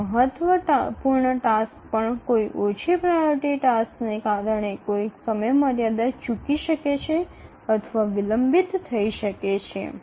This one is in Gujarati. સૌથી મહત્વપૂર્ણ ટાસ્ક પણ કોઈ ઓછી પ્રાયોરિટી ટાસ્કને કારણે કોઈ સમયમર્યાદા ચૂકી શકે છે અથવા વિલંબિત થઈ શકે છે